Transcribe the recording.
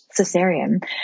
cesarean